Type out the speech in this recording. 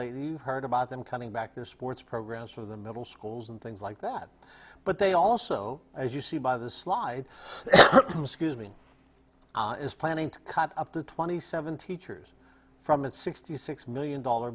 lately you've heard about them coming back their sports programs for the middle schools and things like that but they also as you see by the slide scuse me is planning to cut up to twenty seven teachers from its sixty six million dollar